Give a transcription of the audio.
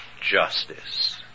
justice